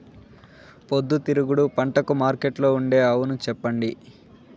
పొద్దుతిరుగుడు పంటకు మార్కెట్లో ఉండే అవును చెప్పండి?